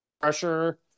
pressure